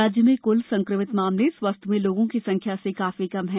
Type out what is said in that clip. राज्य में कुल संक्रमित मामले स्वस्थ हुए लोगों की संख्या से काफी कम है